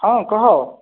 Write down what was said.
ହଁ କୁହ